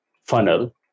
funnel